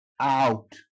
out